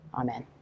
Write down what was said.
amen